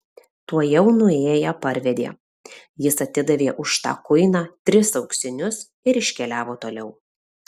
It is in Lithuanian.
tuojau nuėję parvedė jis atidavė už tą kuiną tris auksinus ir iškeliavo toliau